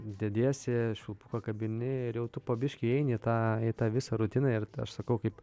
dediesi švilpuką kabini ir jau tu po biškį įeini tą į tą visą rutiną ir aš sakau kaip